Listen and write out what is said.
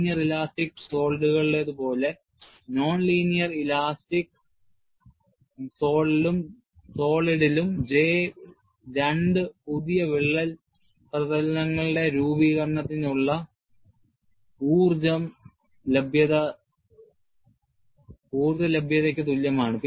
linear elastic സോളിഡുകളിലേതുപോലെ non linear elastic സോളിഡിലും J രണ്ട് പുതിയ വിള്ളൽ പ്രതലങ്ങളുടെ രൂപീകരണത്തിനുള്ള ഊർജ്ജ ലഭ്യതയ്ക്ക് തുല്യമാണ്